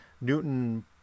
Newton